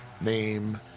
name